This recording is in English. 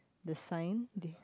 the sign they